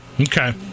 Okay